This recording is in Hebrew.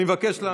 אני מבקש להמשיך.